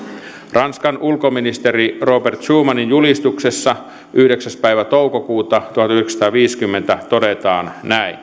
ranskan ulkoministerin robert schumanin julistuksessa yhdeksäs päivä toukokuuta tuhatyhdeksänsataaviisikymmentä todetaan näin